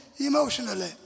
emotionally